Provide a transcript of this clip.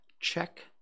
Check